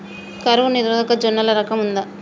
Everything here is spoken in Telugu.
కరువు నిరోధక జొన్నల రకం ఉందా?